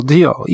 Deal